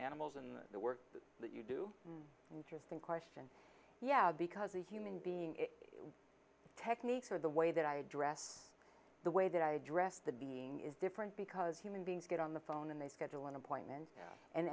animals and the work that you do interesting question yeah because a human being techniques or the way that i address the way that i address the being is different because human beings get on the phone and they schedule an appointment an